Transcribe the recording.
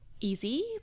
easy